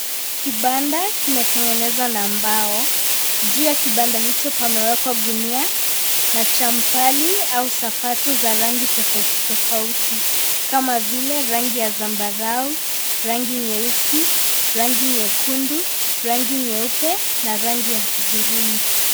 Kibanda kimetengenezwa na mbao, juu ya kibanda hicho pamewekwa gunia na champali au sapatu za rangi tofauti tofauti kama vile rangi ya zambarau, rangi nyeusi, rangi nyekundu, rangi nyeupe, na rangi ya hudhurungi.